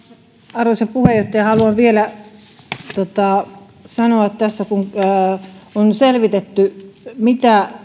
arvoisa puheenjohtaja haluan vielä sanoa tässä että kun on selvitetty mitä